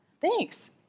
Thanks